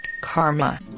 karma